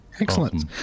Excellent